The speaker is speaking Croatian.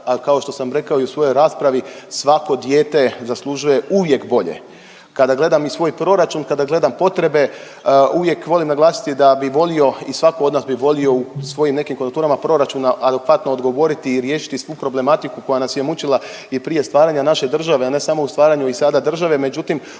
kao što sam rekao i u svojoj raspravi, svako dijete zaslužuje uvijek bolje. Kada gledam i svoj proračun, kada gledam potrebe uvijek volim naglasiti da bi volio i svako od nas bi volio u svojim nekim konturama proračuna adekvatno odgovoriti i riješiti svu problematiku koja nas je mučila i prije stvaranja naše države, a ne samo u stvaranju i sada države,